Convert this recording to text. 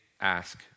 ask